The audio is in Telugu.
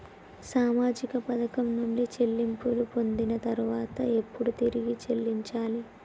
సామాజిక పథకం నుండి చెల్లింపులు పొందిన తర్వాత ఎప్పుడు తిరిగి చెల్లించాలి?